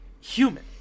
human